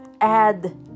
add